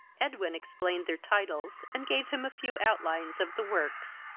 edwin explained their titles, and gave him a few outlines of the works.